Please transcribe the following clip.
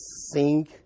sing